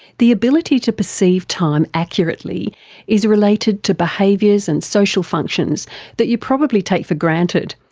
the ability to perceive time accurately is related to behaviours and social functions that you probably take for granted,